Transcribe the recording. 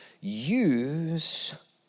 use